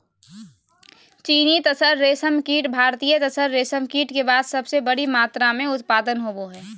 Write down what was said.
चीनी तसर रेशमकीट भारतीय तसर रेशमकीट के बाद सबसे बड़ी मात्रा मे उत्पादन होबो हइ